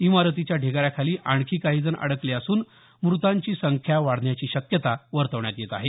इमारतीच्या ढिगाऱ्याखाली आणखी काही जण अडकले असून मृतांची संख्या वाढण्याची शक्यता वर्तवण्यात येत आहे